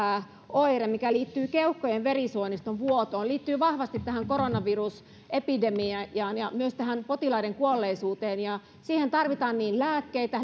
oire mikä liittyy keuhkojen verisuoniston vuotoon liittyy vahvasti koronavirusepidemiaan ja myös potilaiden kuolleisuuteen koska hengityspotilaille tarvitaan niin lääkkeitä